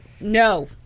No